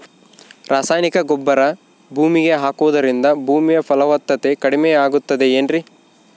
ರಾಸಾಯನಿಕ ಗೊಬ್ಬರ ಭೂಮಿಗೆ ಹಾಕುವುದರಿಂದ ಭೂಮಿಯ ಫಲವತ್ತತೆ ಕಡಿಮೆಯಾಗುತ್ತದೆ ಏನ್ರಿ?